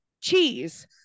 Cheese